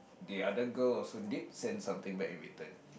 the other girl also did send something back in return